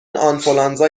آنفولانزا